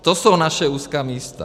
To jsou naše úzká místa.